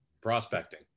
Prospecting